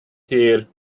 here